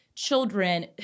children